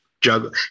juggle